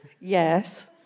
Yes